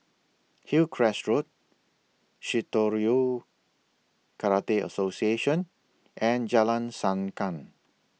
Hillcrest Road Shitoryu Karate Association and Jalan Sankam